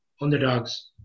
underdogs